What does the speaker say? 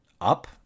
up